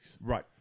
right